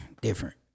different